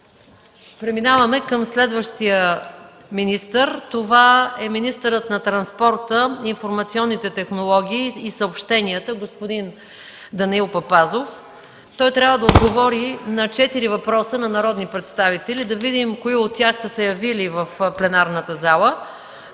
Преминаваме към следващия министър – министъра на транспорта, информационните технологии и съобщенията господин Данаил Папазов. Той трябва да отговори на четири въпроса на народни представители. Да видим кои от тях са се явили в пленарната зала.